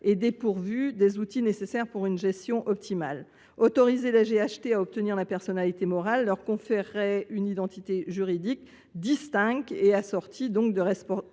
est dépourvu des outils nécessaires à une gestion optimale. Autoriser les GHT à acquérir la personnalité morale leur confère une identité juridique distincte, assortie de responsabilités